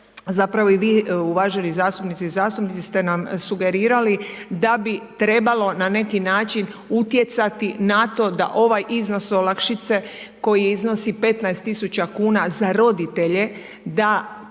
zapravo i vi uvaženi zastupnici ste nam sugerirali da bi trebalo na neki način utjecati na to da ovaj iznos olakšice koji iznosi 15.000,00 kn za roditelje da